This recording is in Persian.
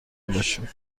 باشیم